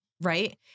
right